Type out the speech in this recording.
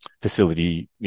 facility